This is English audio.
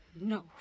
No